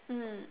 mm